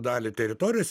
dalį teritorijos